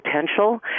potential